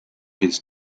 his